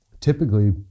Typically